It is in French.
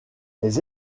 les